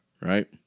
right